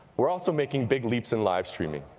we're also making big leaps in live streaming.